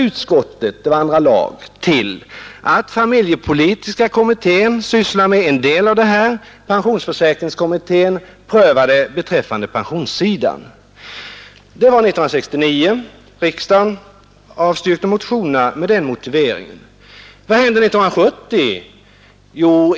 Då hänvisade andra lagutskottet till att familjepolitiska kommittén sysslar med en del av dessa frågor och pensionsförsäkringskommittén med de frågor som rör pensionssidan. Det var 1969. Riksdagen avslog motionerna med motiveringen att frågorna var föremål för utredning. Vad hände 1970?